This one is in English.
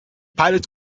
pilot